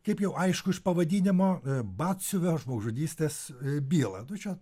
kaip jau aišku iš pavadinimo batsiuvio žmogžudystės bylą nu čia